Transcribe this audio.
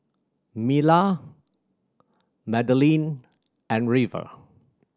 Myla Magdalene and River